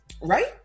Right